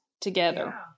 together